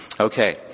Okay